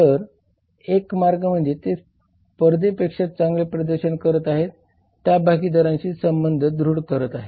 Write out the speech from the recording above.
तर एक मार्ग म्हणजे जे स्पर्धेपेक्षा चांगले प्रदर्शन करत आहेत त्या भागीदारांशी संबंध दृढ करणे आहे